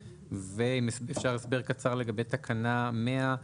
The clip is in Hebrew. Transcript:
אפשר הסבר קצר לגבי תקנה 100?